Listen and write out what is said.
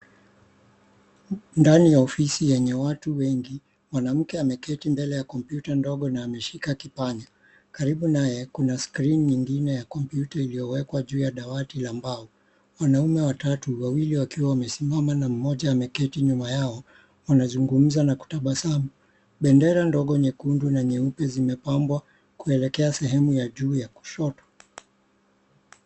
Ndani ya ofisi yenye watu wengi, mwanamke ameketi mbele ya kompyuta ndogo na ameshika kipanya. Karibu naye, kuna skrini nyingine ya kompyuta iliyowekwa juu ay dawati la mbao. Wanaume watatu, wawili wakiwa wamesimama na mmoja ameketi nyuma yao, wanazungumza na kutabasamu. Bendera ndogo nyekundu na nyeupe zimepangwa kuelekea sehemu ya juu ya kushoto.